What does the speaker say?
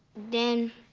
then.